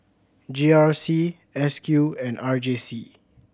G R C S Q and R J C